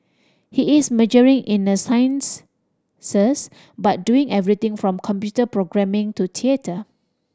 he is majoring in the sciences but doing everything from computer programming to theatre